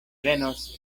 venos